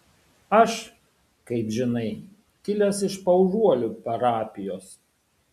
aš kaip žinai kilęs iš paužuolių parapijos